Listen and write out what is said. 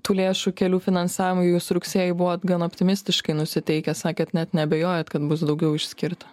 tų lėšų kelių finansavimui jūs rugsėjį buvot gan optimistiškai nusiteikęs sakėt net neabejojat kad bus daugiau išskirta